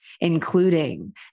including